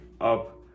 up